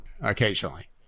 occasionally